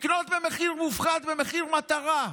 לקנות במחיר מופחת, במחיר מטרה,